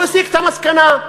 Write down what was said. הוא הסיק את המסקנה: